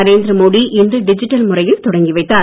நரேந்திர மோடி இன்று டிஜிட்டல் முறையில் தொடங்கி வைதர்